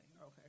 Okay